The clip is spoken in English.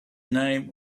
name